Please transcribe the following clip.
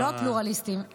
לא הפלורליסטים,